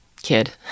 kid